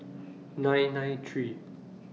nine nine three